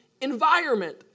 environment